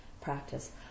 practice